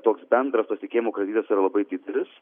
toks bendras pasitikėjimo kreditas yra labai didelis